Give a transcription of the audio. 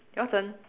your turn